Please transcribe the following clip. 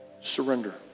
Surrender